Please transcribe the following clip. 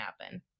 happen